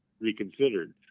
reconsidered